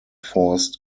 forced